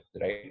right